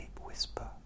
Whisper